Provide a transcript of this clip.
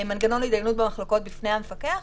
מנגנון להתדיינות במחלוקות בפני המפקח,